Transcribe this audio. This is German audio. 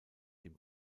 dem